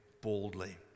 boldly